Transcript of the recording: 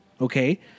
okay